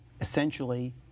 essentially